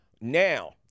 Now